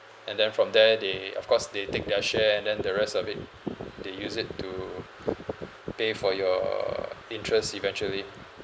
and then from there they of course they take their share and then the rest of it they use it to pay for your interest eventually